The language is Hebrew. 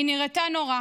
היא נראתה נורא,